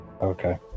Okay